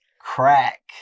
Crack